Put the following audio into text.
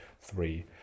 three